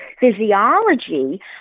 Physiology